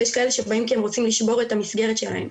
ויש כאלה שבאים כי הם רוצים לשבור את המסגרת שלהם.